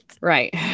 right